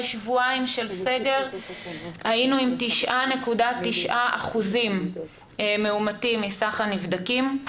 שבועיים של סגר היינו עם 9.9% מאומתים מסך הנבדקים,